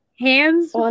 hands